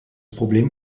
problem